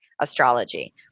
astrology